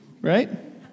Right